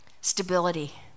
Stability